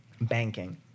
banking